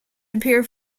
appear